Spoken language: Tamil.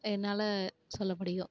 என்னால் சொல்ல முடியும்